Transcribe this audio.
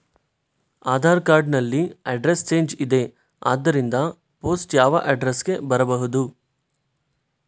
Aadhaar card ನಲ್ಲಿ address change ಇದೆ ಆದ್ದರಿಂದ ಪೋಸ್ಟ್ ಯಾವ ಅಡ್ರೆಸ್ ಗೆ ಬರಬಹುದು?